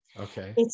Okay